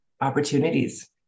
opportunities